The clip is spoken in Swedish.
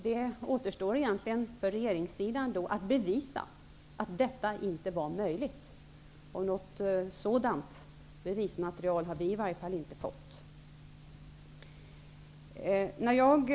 Då återstår det egentligen för regeringssidan att bevisa att detta inte var möjligt. Något sådant bevismaterial har i alla fall inte vi fått. Herr talman!